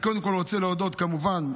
קודם כול, אני רוצה להודות, כמובן,